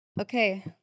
Okay